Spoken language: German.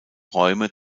räume